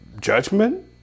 judgment